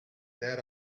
that